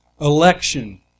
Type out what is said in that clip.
Election